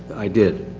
i did.